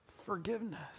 Forgiveness